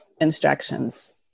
instructions